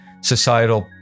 societal